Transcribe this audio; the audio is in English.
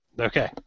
Okay